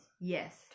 Yes